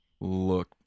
Look